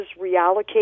reallocate